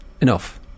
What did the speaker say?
Enough